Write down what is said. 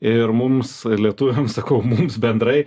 ir mums lietuviams sakau mums bendrai